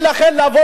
כפרט טכני.